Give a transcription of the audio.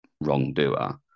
wrongdoer